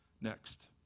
next